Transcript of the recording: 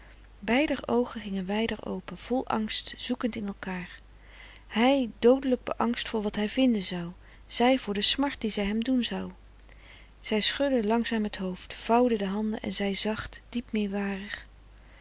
beider oogen gingen wijder open vol angst zoekend in elkaar hij doodelijk beangst voor wat hij vinden zou zij voor de smart die zij hem doen zou zij schudde langzaam het hoofd vouwde de handen en zei zacht diep meewarig